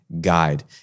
guide